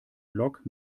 block